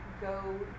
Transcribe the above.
go